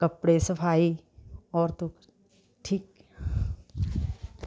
ਕੱਪੜੇ ਸਫ਼ਾਈ ਔਰ ਤੋਂ ਠੀਕ